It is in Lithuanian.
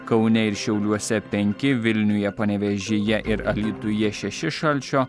kaune ir šiauliuose penki vilniuje panevėžyje ir alytuje šeši šalčio